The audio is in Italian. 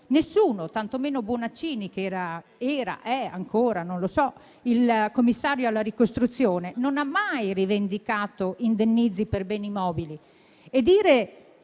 nessuno, tantomeno Bonaccini, che era (lo è ancora, non lo so) il commissario alla ricostruzione, non ha mai rivendicato indennizzi per beni mobili.